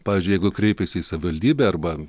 pavyzdžiui jeigu kreipėsi į savivaldybę arba